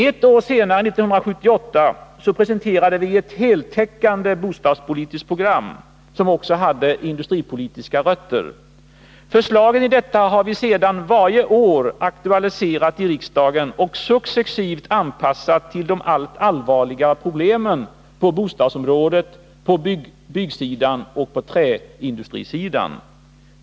Ett år senare, 1978, presenterade vi ett heltäckande bostadspolitiskt program, som också hade industripolitiska rötter. Förslagen i detta har vi sedan aktualiserat i riksdagen varje år och successivt anpassat till de allt allvarligare problemen på bostadsområdet, byggsidan och träindustrisidan.